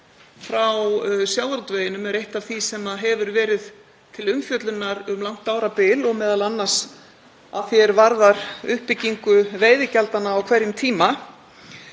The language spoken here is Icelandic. frá sjávarútveginum er eitt af því sem hefur verið til umfjöllunar um langt árabil og m.a. að því er varðar uppbyggingu veiðigjaldanna á hverjum tíma.